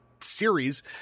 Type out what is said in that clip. series